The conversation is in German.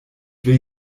will